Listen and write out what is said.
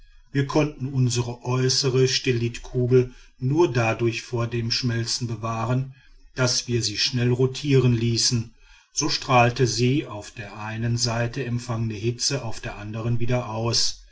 wir konnten unsre äußere stellitkugel nur dadurch vor dem schmelzen bewahren daß wir sie schnell rotieren ließen so strahlte sie die auf der einen seite empfangene hitze auf der andern wieder aus